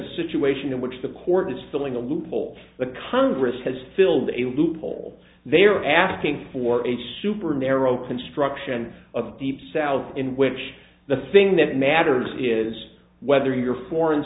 situation in which the court is filling a loophole the congress has filled a loophole they are asking for a super narrow construction of deep south in which the thing that matters is whether your foreign